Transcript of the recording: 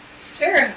Sure